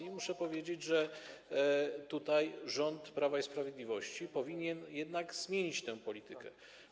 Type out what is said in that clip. I muszę powiedzieć, że tutaj rząd Prawa i Sprawiedliwości powinien jednak zmienić tę politykę.